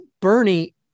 Bernie